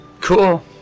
Cool